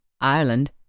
Ireland